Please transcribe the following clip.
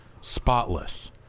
spotless